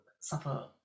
suffer